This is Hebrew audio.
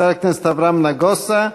חבר הכנסת אברהם נגוסה,